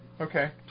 Okay